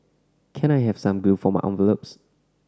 can I have some glue for my envelopes